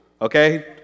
okay